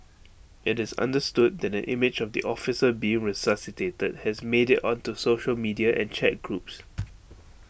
IT is understood that an image of the officer being resuscitated has made IT onto social media and chat groups